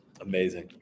Amazing